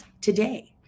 today